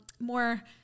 more